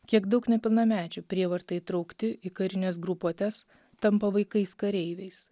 kiek daug nepilnamečių prievarta įtraukti į karines grupuotes tampa vaikais kareiviais